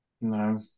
No